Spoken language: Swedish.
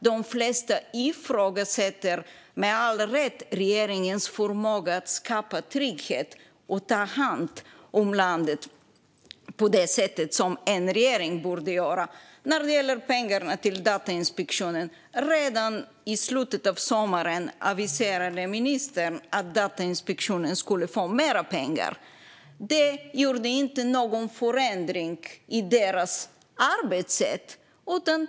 De flesta ifrågasätter med all rätt regeringens förmåga att skapa trygghet och ta hand om landet på det sätt som en regering borde. Redan i slutet av sommaren aviserade ministern att Datainspektionen skulle få mer pengar. Det innebar ingen förändring i deras arbetssätt.